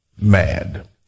mad